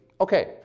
Okay